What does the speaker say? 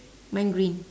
mine green